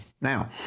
Now